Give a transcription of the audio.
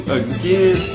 again